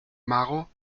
mago